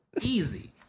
easy